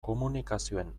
komunikazioen